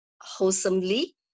wholesomely